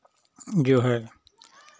जो है